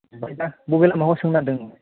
ओमफ्राय दा बबे लामाखौ सोंनो नागिरदों नोङो